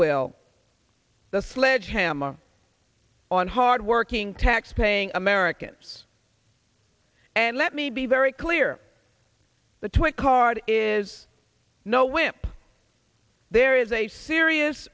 will the sledgehammer on hardworking taxpaying americans and let me be very clear the twit card is no wimp there is a serious